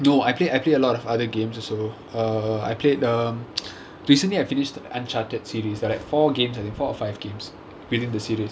no I play I play a lot of other games also err I played um recently I finished uncharted series there are like four games like four or five games within the series